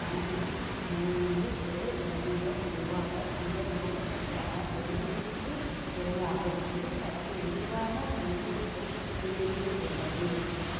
வனம் மற்றும் வனவிலங்கு துறை சண்டிகர் நிர்வாகம் இந்த நோக்கத்திற்காக ஒருங்கிணைப்புத் துறையாகும் இது பற்றி விரிவான கையேட்டை இது வெளியிட்டுள்ளது